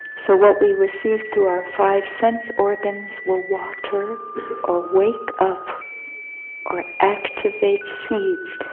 so what we receive through our five sense organs will water or wake up or activate seeds